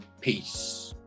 peace